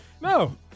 No